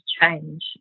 change